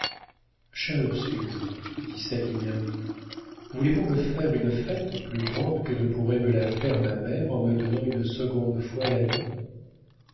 ursule dit savinien voulez-vous me faire une fête plus grande que ne pourrait me la faire ma mère en me donnant une seconde fois la vie